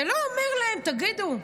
ולא אומר להם: תגידו,